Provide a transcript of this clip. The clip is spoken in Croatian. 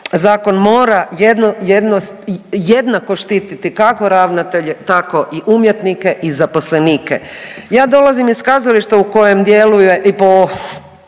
zakon mora jednako štititi kako ravnatelje tako i umjetnike i zaposlenike. Ja dolazim iz kazališta u kojem djeluje i po